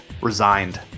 Resigned